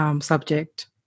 subject